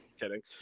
kidding